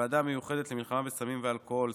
בוועדה המיוחדת למלחמה בסמים ואלכוהול,